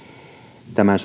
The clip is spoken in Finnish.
tämän